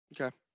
Okay